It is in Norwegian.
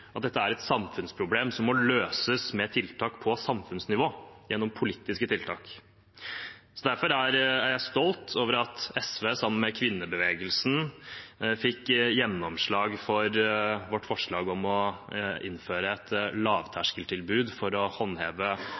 at dette er et samfunnsproblem som må løses med tiltak på samfunnsnivå, gjennom politiske tiltak. Derfor er jeg stolt over at vi i SV – sammen med kvinnebevegelsen – fikk gjennomslag for vårt forslag om å innføre et lavterskeltilbud for å håndheve